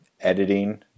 editing